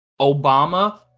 obama